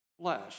flesh